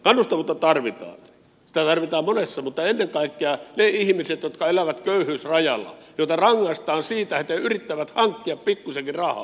kannustavuutta tarvitaan sitä tarvitaan monessa mutta ennen kaikkea niille ihmisille jotka elävät köyhyysrajalla joita rangaistaan siitä että he yrittävät hankkia pikkuisenkin rahaa